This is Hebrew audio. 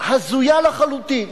הזויה לחלוטין,